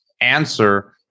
answer